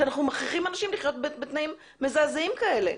שאנחנו מכריחים אנשים לחיות בתנאים מזעזעים כאלה.